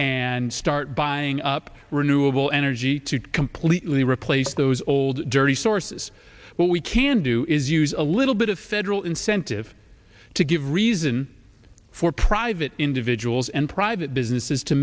and start buying up renewable energy completely replace those old dirty sources but we can do is use a little bit of federal incentive to give reason for private individuals and private businesses to